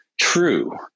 true